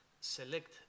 select